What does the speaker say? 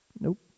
Nope